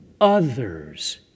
others